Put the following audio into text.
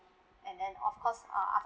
and then of course uh after